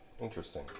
interesting